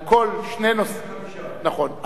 נכון.